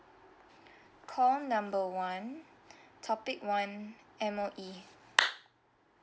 call number one topic one M_O_E